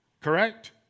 correct